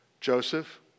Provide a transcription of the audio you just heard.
Joseph